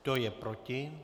Kdo je proti?